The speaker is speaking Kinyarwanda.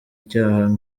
icyaha